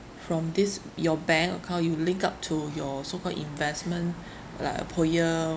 from this your bank account you link up to your so called investment like uh POEM